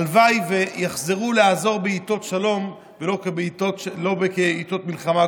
הלוואי שיחזרו לעזור בעיתות שלום ולא בעיתות מלחמה,